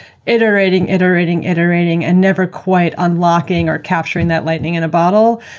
iterating, iterating, iterating, and never quite unlocking or capturing that lightning in a bottle.